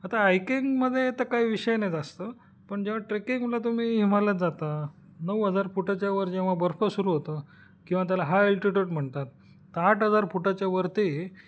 आता हायकिंगमध्ये तर काय विषय नाही जास्त पण जेव्हा ट्रेकिंगला तुम्ही हिमालयात जाता नऊ हजार फुटाच्यावर जेव्हा बर्फ सुरू होतं किंवा त्याला हाय अल्टिट्यूड म्हणतात तर आठ हजार फुटाच्यावरती